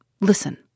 Listen